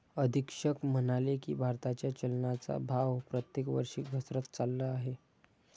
अधीक्षक म्हणाले की, भारताच्या चलनाचा भाव प्रत्येक वर्षी घसरत चालला आहे